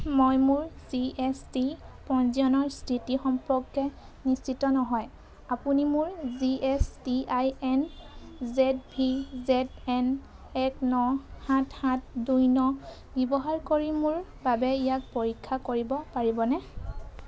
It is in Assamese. মই মোৰ জি এছ টি পঞ্জীয়নৰ স্থিতি সম্পৰ্কে নিশ্চিত নহয় আপুনি মোৰ G S T I N Z V Z N এক ন সাত সাত দুই ন ব্যৱহাৰ কৰি মোৰ বাবে ইয়াক পৰীক্ষা কৰিব পাৰিবনে